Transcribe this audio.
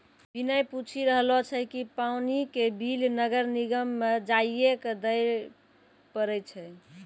विनय पूछी रहलो छै कि पानी के बिल नगर निगम म जाइये क दै पड़ै छै?